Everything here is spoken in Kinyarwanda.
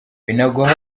binagwaho